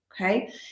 okay